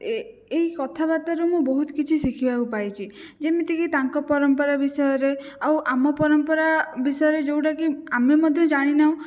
ଏହି ଏହି କଥାବାର୍ତ୍ତାରୁ ମୁଁ ବହୁତ କିଛି ଶିଖିବାକୁ ପାଇଛି ଯେମିତିକି ତାଙ୍କ ପରମ୍ପରା ବିଷୟରେ ଆଉ ଆମ ପରମ୍ପରା ବିଷୟରେ ଯେଉଁ ଗୁଡ଼ାକି ଆମେ ମଧ୍ୟ ଜାଣିନାହୁଁ